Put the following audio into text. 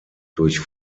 durch